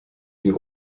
die